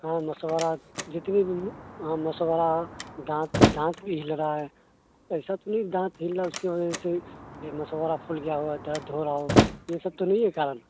ہاں مسوڑھہ جتنے بھی ہاں مسوڑھہ دانت دانت بھی ہل رہا ہے ایسا تو نہیں دانت ہل رہا ہے اس کی وجہ سے یہ مسوڑھہ پھول گیا ہو اور درد ہو رہا ہو یہ سب تو نہیں ہے کارن